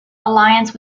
alliance